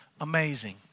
amazing